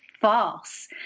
false